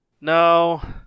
No